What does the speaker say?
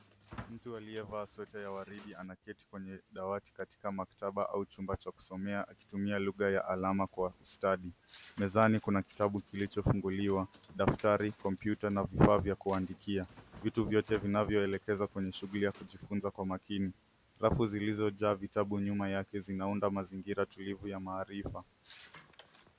Mtu aliyevaa sweta ya waridi anaketi kwenye dawati katika maktaba au chumba cha kusomea, akitumia lugha ya alama kwa kustadi. Mezani kuna kitabu kilichofunguliwa, daftari, kompyuta na vifaa vya kuandikia, vitu vyote vinavyoelekeza kwenye shughuli ya kujifunza kwa makini. Rafu zilizo jaa vitabu nyuma yake zinaunda mazingira tulivu ya maarifa.